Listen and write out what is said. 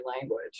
language